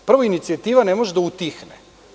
Prvo, inicijativa ne može da utihne.